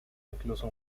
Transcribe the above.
incluso